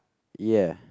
ya